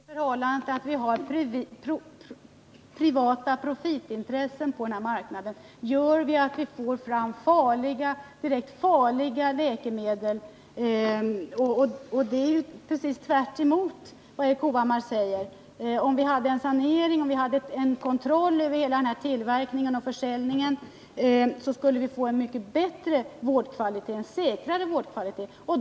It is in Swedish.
Herr talman! Det förhållandet att vi har privata profitintressen på denna marknad gör att vi får fram direkt farliga läkemedel, och det är ju precis tvärtemot vad Erik Hovhammar säger. Om vi fick till stånd en sanering av och kontroll över hela denna tillverkning och försäljning, skulle vi få en mycket högre och tillförlitligare vårdkvalitet.